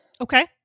Okay